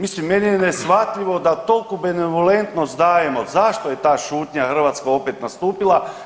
Mislim meni je neshvatljivo da toliku benevolentnost dajemo, zašto je ta šutnja hrvatska opet nastupila?